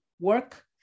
work